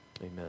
Amen